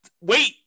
wait